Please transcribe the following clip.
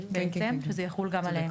שזה יחול גם עליהם.